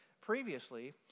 Previously